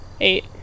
Eight